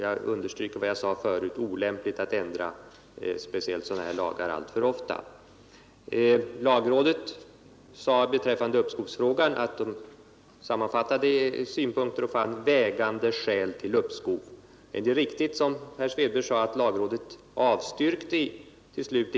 Jag understryker vad jag sade förut — att det är olämpligt att ändra lagar, särskilt av denna typ, alltför ofta. Lagrådet sade beträffande uppskovsfrågan i sina sammanfattande synpunkter att man fann vägande skäl till uppskov. Det är riktigt, som herr Svedberg sade, att lagrådet inte avstyrkte till slut.